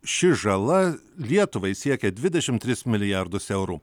ši žala lietuvai siekia dvidešim tris milijardus eurų